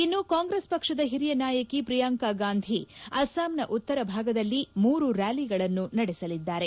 ಇನ್ನು ಕಾಂಗ್ರೆಸ್ ಪಕ್ಷದ ಹಿರಿಯ ನಾಯಕಿ ಪ್ರಿಯಾಂಕ ಗಾಂಧಿ ಅಸ್ಸಾಂನ ಉತ್ತರ ಭಾಗದಲ್ಲಿ ಮೂರು ರ್ನಾಲಿಗಳನ್ನು ನಡೆಸಲಿದ್ದಾರೆ